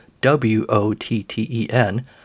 W-O-T-T-E-N